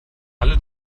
alle